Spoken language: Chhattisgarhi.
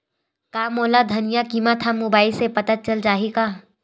का मोला धनिया किमत ह मुबाइल से पता चल जाही का?